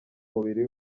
mubiri